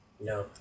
No